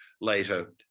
later